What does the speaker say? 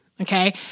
Okay